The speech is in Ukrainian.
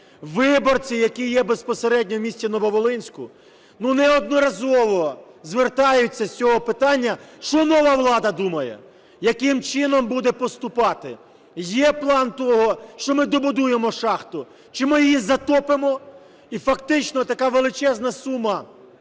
Виборці, які є безпосередньо в місті Нововолинську, неодноразово звертаються з цього питання, що нова влада думає, яким чином буде поступати, є план того, що ми добудуємо шахту, чи ми її затопимо, і фактично така величезна сума